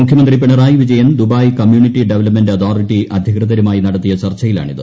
മുഖ്യമന്ത്രി Pinarayi Vijayan Dubai community development authority അധികൃതരുമായി നടത്തിയ ചർച്ചയിലാണിത്